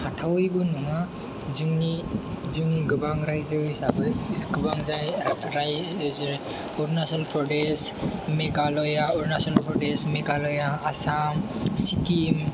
हाथावैबो नङा जोंनि गोबां रायजो हिसाबै गोबां रायजो जेरै अरुनासल प्रदेस मेघालया आसाम सिक्किम